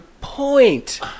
point